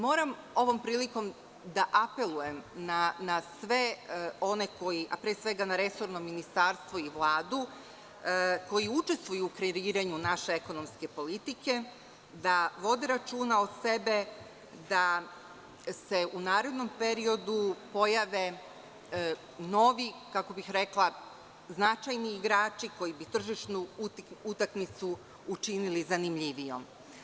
Moram ovom prilikom i da apelujem na sve one, a pre svega na resorno ministarstvo i Vladu, koji učestvuju u kreiranju naše ekonomske politike da vode računa o sebi, da se u narednom periodu pojave novi, kako bih rekla, značajni igrači koji bi tržišnu utakmicu učinili zanimljivijom.